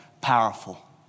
powerful